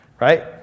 right